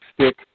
stick